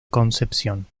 concepción